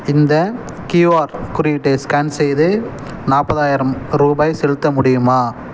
இந்த க்யூஆர் குறியீட்டை ஸ்கேன் செய்து நாற்பதாயிரம் ரூபாய் செலுத்த முடியுமா